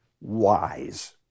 wise